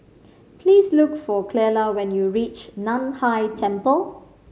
please look for Clella when you reach Nan Hai Temple